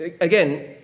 again